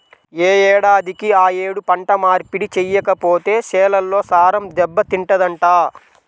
యే ఏడాదికి ఆ యేడు పంట మార్పిడి చెయ్యకపోతే చేలల్లో సారం దెబ్బతింటదంట